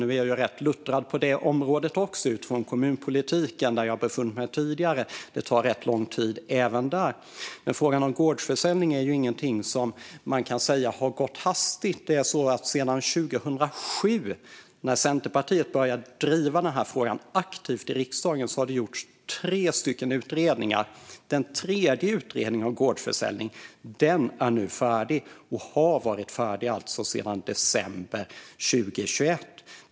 Jag är rätt luttrad också på detta område efter att tidigare ha befunnit mig i kommunpolitiken - det tar rätt lång tid även där. Men frågan om gårdsförsäljning är ju ingenting som kan sägas ha gått hastigt. Sedan 2007, när Centerpartiet började driva denna fråga aktivt i riksdagen, har det gjorts tre utredningar. Den tredje utredningen om gårdsförsäljning har varit färdig sedan december 2021.